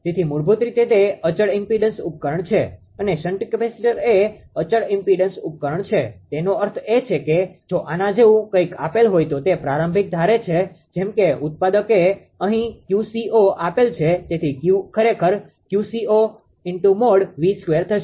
તેથી મૂળભૂત રીતે તે અચળ ઈમ્પીડન્સ ઉપકરણ છે અને શન્ટ કેપેસિટર એ અચળ ઈમ્પીડન્સ ઉપકરણ છે તેનો અર્થ છે કે જો આના જેવું કંઇક આપેલ હોઈ તો તે પ્રારંભિક મૂલ્ય ધારે છે જેમ કે ઉત્પાદકે અહી 𝑄𝐶૦ આપેલ છે તેથી Q ખરેખર 𝑄𝐶૦|𝑉|2 થશે